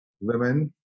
women